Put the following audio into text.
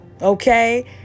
okay